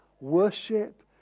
worship